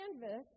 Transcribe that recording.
canvas